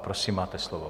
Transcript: Prosím, máte slovo.